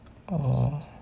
orh